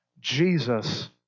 Jesus